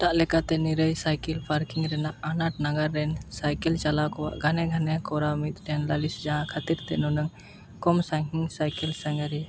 ᱮᱴᱟᱜ ᱞᱮᱠᱟᱛᱮ ᱱᱤᱨᱟᱹᱭ ᱥᱟᱭᱠᱮᱹᱞ ᱯᱟᱨᱠᱤᱝ ᱨᱮᱱᱟᱜ ᱟᱱᱟᱴ ᱱᱟᱜᱟᱨ ᱨᱮᱱ ᱥᱟᱭᱠᱮᱹᱞ ᱪᱟᱞᱟᱣ ᱠᱚᱣᱟᱜ ᱜᱷᱟᱱᱮ ᱜᱷᱟᱱᱮ ᱠᱚᱨᱟᱣ ᱢᱤᱫᱴᱮᱱ ᱞᱟᱹᱞᱤᱥ ᱡᱟᱦᱟᱸ ᱠᱷᱟᱹᱛᱤᱨ ᱛᱮ ᱱᱩᱱᱟᱹᱝ ᱠᱚᱢ ᱥᱟᱺᱜᱤᱧ ᱥᱟᱭᱠᱮᱹᱞ ᱥᱟᱸᱜᱷᱟᱨᱤᱭᱟᱹ